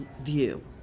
view